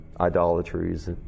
idolatries